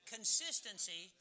Consistency